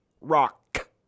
rock